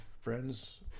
friends